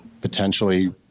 potentially